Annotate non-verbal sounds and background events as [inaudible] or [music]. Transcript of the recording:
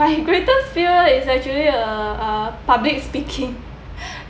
my greatest fear is actually uh uh public speaking [laughs]